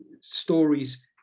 stories